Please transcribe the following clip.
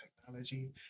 technology